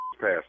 passed